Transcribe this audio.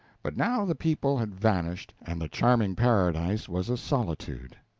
but now the people had vanished and the charming paradise was a solitude.